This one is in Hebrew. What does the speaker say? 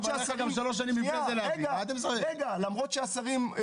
למרות שהשרים,